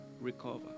recover